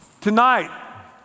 Tonight